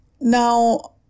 Now